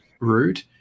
rude